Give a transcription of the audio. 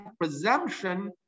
presumption